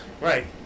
Right